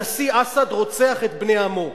הנשיא אסד רוצח את בני עמו.